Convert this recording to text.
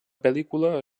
pel·lícula